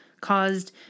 caused